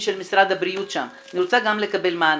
של משרד הבריאות שם ואני רוצה גם לקבל מענה.